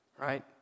right